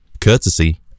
courtesy